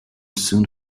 soon